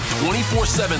24-7